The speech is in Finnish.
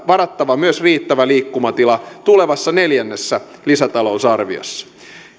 varattava myös riittävä liikkumatila tulevassa neljännessä lisätalousarviossa